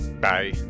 Bye